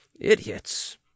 idiots